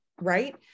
right